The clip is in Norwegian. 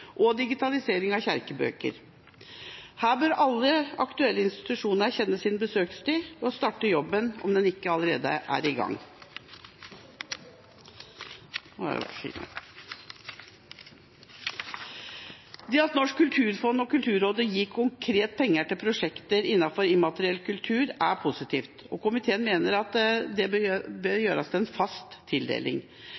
og digitalisering av kirkebøker. Her bør alle aktuelle institusjoner kjenne sin besøkstid og starte jobben, om den ikke allerede er i gang. Det at Norsk kulturfond og Kulturrådet gir penger til prosjekter innenfor immateriell kultur, er positivt, og komiteen mener at det bør